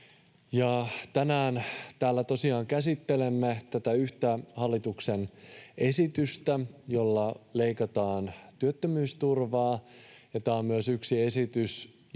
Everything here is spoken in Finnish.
Tänään täällä tosiaan käsittelemme tätä yhtä hallituksen esitystä, jolla leikataan työttömyysturvaa, ja tämä on myös yksi esitys,